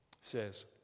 says